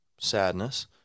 sadness